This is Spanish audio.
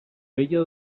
bello